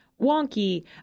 wonky